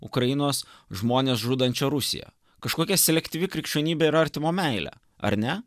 ukrainos žmones žudančia rusija kažkokia selektyvi krikščionybė ir artimo meilę ar ne